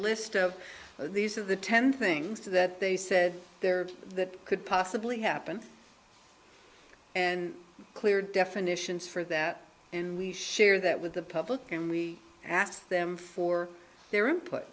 list of these of the ten things that they said there that could possibly happen and clear definitions for that and we share that with the public and we asked them for their input